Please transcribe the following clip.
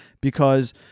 Because-